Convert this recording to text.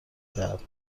دهد